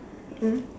mm